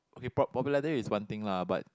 okay pop~ popularity is one thing lah but